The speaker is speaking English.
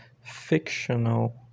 fictional